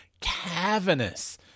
cavernous